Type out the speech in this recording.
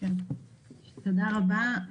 תודה רבה.